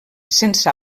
sense